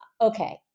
okay